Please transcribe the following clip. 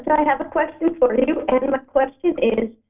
i have a question for you and my question is